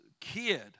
kid